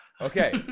Okay